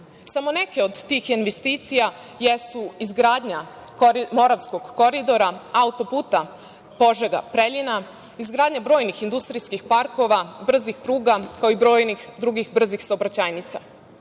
neke od tih investicija jesu izgradnja Moravskog koridora, autoputa Požega – Preljina, izgradnja brojnih industrijskih parkova, brzih pruga, kao i brojnih drugih brzih saobraćajnica. Novi